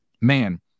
man